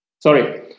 Sorry